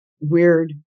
weird